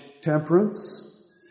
temperance